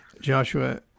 Joshua